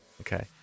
Okay